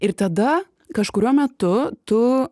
ir tada kažkuriuo metu tu